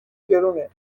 گرونه